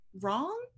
wrong